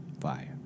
Fire